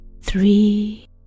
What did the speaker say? Three